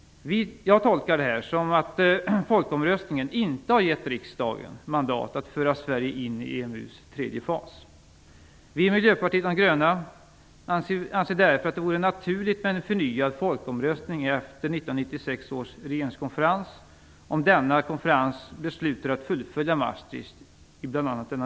Jag tolkar detta som att folkomröstningen inte har gett riksdagen mandat att föra Sverige in i EMU:s tredje fas. Vi i Miljöpartiet de gröna anser därför att det vore naturligt med en ny folkomröstning efter 1996 års regeringskonferens, om denna konferens beslutar att fullfölja Maastrichtavtalet i denna del.